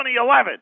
2011